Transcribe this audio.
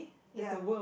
ya